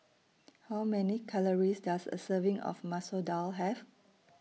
How Many Calories Does A Serving of Masoor Dal Have